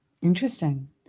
Interesting